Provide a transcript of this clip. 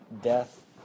Death